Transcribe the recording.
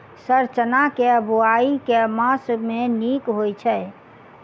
Sir चना केँ बोवाई केँ मास मे नीक होइ छैय?